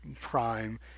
prime